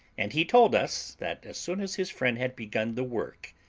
and he told us, that as soon as his friend had begun the work,